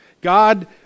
god